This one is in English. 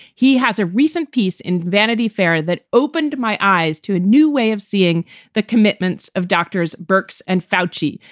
he has a recent piece in vanity fair that opened my eyes to a new way of seeing the commitments of doctors bourke's and foushee,